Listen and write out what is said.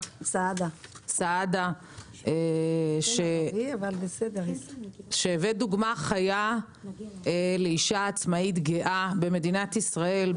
סעדה יקותיאלי שהבאת דוגמה חיה לאישה עצמאית גאה במדינת ישראל,